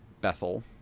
Bethel